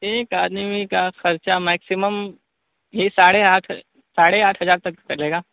ایک آدمی کا خرچہ میکسیمم یہی ساڑھے آٹھ ساڑے آٹھ ہزار تک چلے گا